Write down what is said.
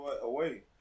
away